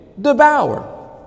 devour